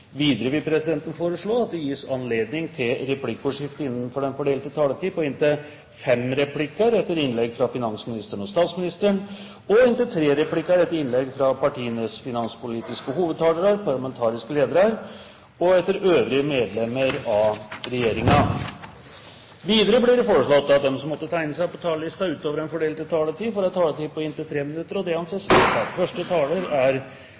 Videre vil presidenten foreslå at det gis anledning til replikkordskifte på inntil fem replikker med svar etter innlegg fra finansministeren og statsministeren og inntil tre replikker med svar etter innlegg fra partienes finanspolitiske hovedtalere og parlamentariske ledere samt øvrige medlemmer av regjeringen innenfor den fordelte taletid. Videre blir det foreslått at de som måtte tegne seg på talerlisten utover den fordelte taletid, får en taletid på inntil 3 minutter. – Det